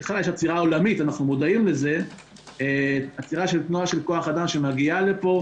יש עצירה עולמית של תנועה של כוח אדם שמגיעה לפה,